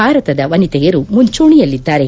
ಭಾರತದ ವನಿತೆಯರು ಮುಂಚೂಣಿಯಲ್ಲಿದ್ದಾರೆ